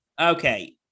Okay